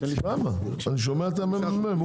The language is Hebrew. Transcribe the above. אני שומע את זה מה-ממ"מ.